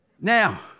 Now